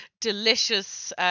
delicious